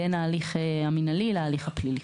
בין ההליך המינהלי להליך הפלילי.